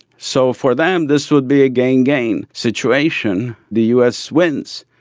so for them this would be a gain-gain situation, the us wins.